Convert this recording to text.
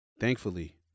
Thankfully